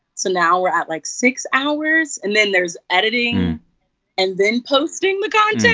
so now we're at, like, six hours. and then there's editing and then posting the content.